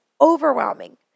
overwhelming